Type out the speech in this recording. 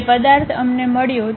તે પદાર્થ અમને મળ્યો